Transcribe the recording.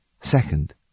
Second